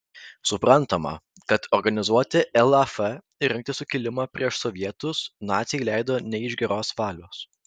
suprantama kad organizuoti laf ir rengti sukilimą prieš sovietus naciai leido ne iš geros valios